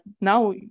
now